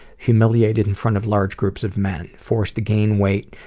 humiliated in front of large groups of men. forced to gain weight,